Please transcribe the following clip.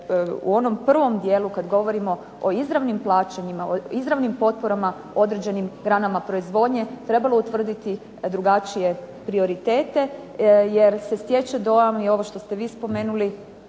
u onom prvom dijelu, kad govorimo o izravnim plaćanjima, o izravnim potporama određenim granama proizvodnje, trebalo utvrditi drugačije prioritete, jer se stječe dojam, i ovo što ste vi spomenuli